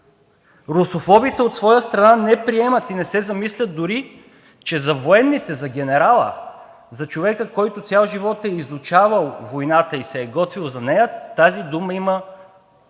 Русофобите, от своя страна, не приемат и не се замислят дори, че за военните, за генерала, за човека, който цял живот е изучавал войната и се е готвил за нея, тази дума има